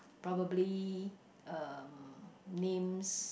probably uh names